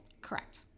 Correct